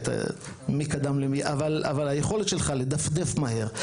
אבל היכולת שלך לדפדף מהר,